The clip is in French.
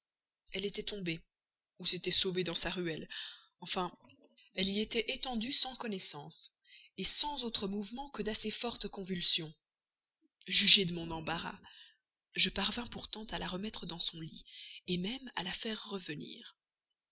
elle était tombée ou s'était sauvée dans sa ruelle enfin elle y était étendue sans connaissance sans autre mouvement que d'assez fortes convulsions jugez de mon embarras je parvins pourtant à la remettre dans son lit même à la faire revenir